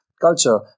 culture